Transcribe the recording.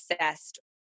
assessed